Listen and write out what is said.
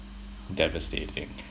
devastating